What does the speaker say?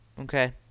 okay